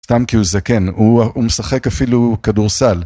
סתם כי הוא זקן, הוא משחק אפילו כדורסל.